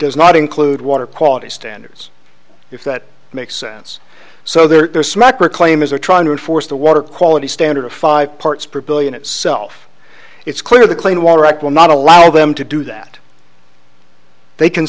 does not include water quality standards if that makes sense so there's smacker claim is they're trying to enforce the water quality standard of five parts per billion itself it's clear the clean water act will not allow them to do that they c